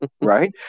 right